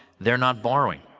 they're not borrowing.